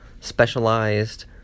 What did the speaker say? specialized